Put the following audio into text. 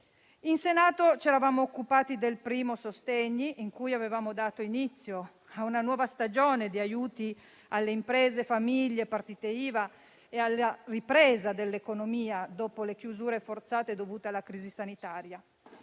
In Senato ci eravamo occupati del primo decreto sostegni, con cui avevamo dato inizio a una nuova stagione di aiuti alle imprese, alle famiglie, alle partite IVA e alla ripresa dell'economia dopo le chiusure forzate dovute alla crisi sanitaria.